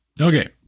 Okay